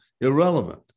irrelevant